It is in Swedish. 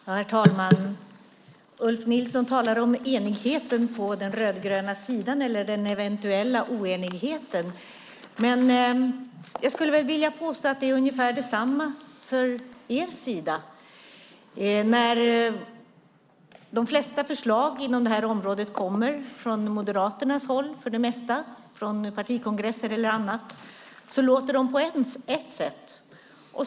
Herr talman! Ulf Nilsson talar om enigheten eller den eventuella oenigheten på den rödgröna sidan. Jag skulle vilja påstå att det är ungefär detsamma på er sida. När det kommer förslag på det här området, från Moderaterna för det mesta, från partikongresser eller annat låter de på ett sätt.